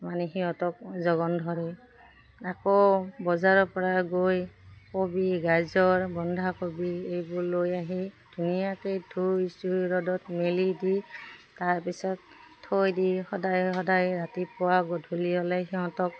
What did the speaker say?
মানে সিহঁতক যোগান ধৰে আকৌ বজাৰৰ পৰা গৈ কবি গাজৰ বন্ধাকবি এইবোৰ লৈ আহি ধুনীয়াকৈ ধুই চুই ৰ'দত মেলি দি তাৰপিছত থৈ দি সদায় সদায় ৰাতিপুৱা গধূলি হ'লে সিহঁতক